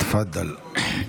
תפדל.